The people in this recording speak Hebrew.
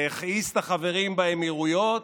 זה הכעיס את החברים באמירויות,